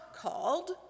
called